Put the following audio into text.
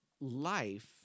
life